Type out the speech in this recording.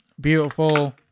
beautiful